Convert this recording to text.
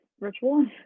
ritual